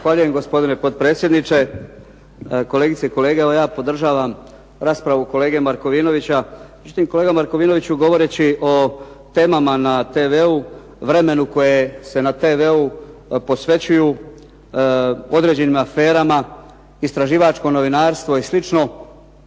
Zahvaljujem, gospodine potpredsjedniče. Kolegice i kolege. Evo ja podržavam raspravu kolege Markovinovića. Međutim, kolega Markovinoviću, govoreći o temama na TV-u, vremena koje se na TV-u posvećuju određenim aferama, istraživačko novinarstvo i